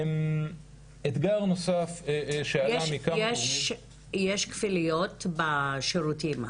אתגר נוסף שעלה מכמה גורמים --- יש כפילויות בשירותים?